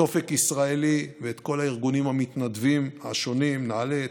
את אופק ישראלי ואת כל הארגונים המתנדבים השונים: נעל"ה,